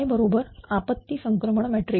बरोबर आपत्ती संक्रमण मॅट्रिक्स